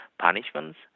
punishments